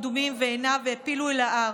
קדומים ועינב והעפילו אל ההר.